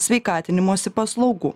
sveikatinimosi paslaugų